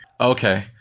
Okay